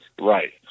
Right